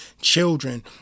children